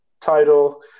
title